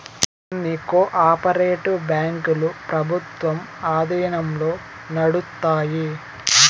కొన్ని cooperative బ్యాంకులు ప్రభుత్వం ఆధీనంలో నడుత్తాయి